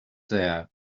there